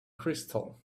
crystal